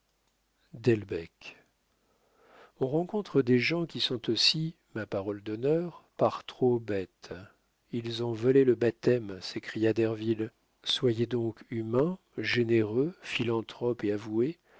on rencontre des gens qui sont aussi ma parole d'honneur par trop bêtes ils ont volé le baptême s'écria derville soyez donc humain généreux philanthrope et avoué